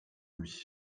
lui